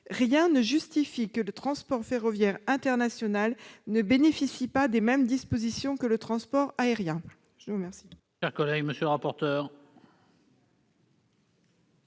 rien ne justifie que le transport ferroviaire international ne bénéficie pas des mêmes dispositions que le transport aérien.